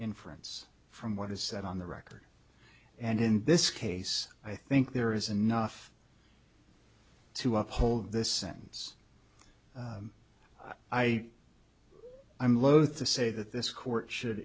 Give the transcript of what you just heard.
inference from what is said on the record and in this case i think there is enough to uphold this sentence i i'm loath to say that this court should